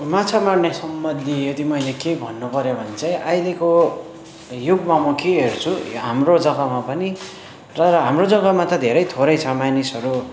माछा मार्ने सम्बन्धि यदि मैले केही भन्नुपऱ्यो भने चाहिँ अहिलेको युगमा म के हेर्छु यो हाम्रो जग्गामा पनि तर हाम्रो जग्गामा त धेरै थोरै छ मानिसहरू